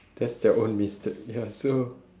that's their own mistake ya so